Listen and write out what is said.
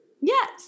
Yes